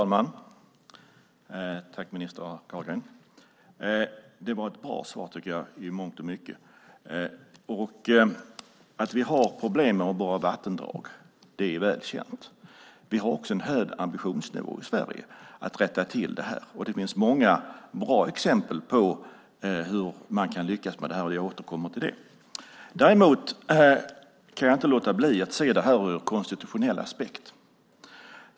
Herr talman! Tack för svaret, minister Carlgren. Det var i mångt och mycket ett bra svar. Att vi har problem med våra vattendrag är väl känt. Vi har också en hög ambitionsnivå i Sverige att rätta till det. Det finns många bra exempel på hur man kan lyckas med det. Jag återkommer till det. Jag kan däremot inte låta bli att se detta ur konstitutionell aspekt.